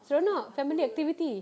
seronok family activity